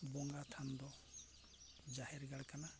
ᱵᱚᱸᱜᱟ ᱛᱷᱟᱱ ᱫᱚ ᱡᱟᱦᱮᱨ ᱜᱟᱲ ᱠᱟᱱᱟ